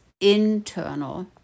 internal